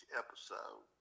episode